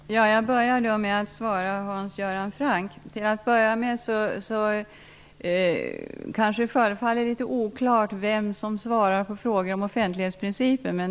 Herr talman! Jag börjar då med att svara Hans Det kanske förefaller litet oklart vem som svarar på frågor om offentlighetsprincipen.